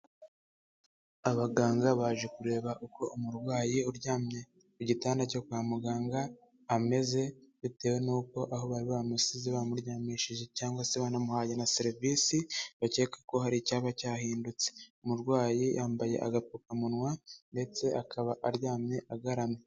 Abaganga baje kureba uko umurwayi uryamye ku gitanda cyo kwa muganga ameze, bitewe n'uko aho bari bamusize bamuryamishije cyangwa se banamuhaye na serivisi, bakeka ko hari icyaba cyahindutse. Umurwayi yambaye agapfukamunwa ndetse akaba aryamye agaramye.